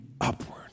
upward